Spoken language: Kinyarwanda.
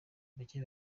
bake